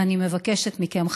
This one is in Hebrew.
ואני מבקשת מכם,